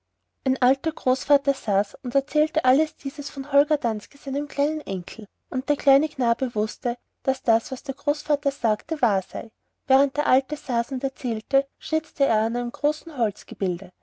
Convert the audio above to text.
ein alter großvater saß und erzählte alles dieses vom holger danske seinem kleinen enkel und der kleine knabe wußte daß das was der großvater sagte wahr sei während der alte saß und erzählte schnitzte er an einem großen